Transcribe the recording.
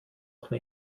nicht